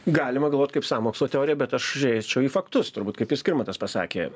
galima galvot kaip sąmokslo teorija bet aš eičiau į faktus turbūt kaip ir skirmantas pasakė